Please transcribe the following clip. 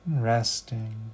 resting